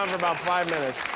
about five minutes.